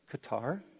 Qatar